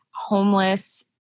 homeless